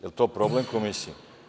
Jel to problem Komisiji?